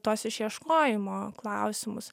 tuos išieškojimo klausimus